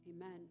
amen